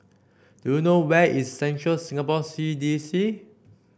do you know where is Central Singapore C D C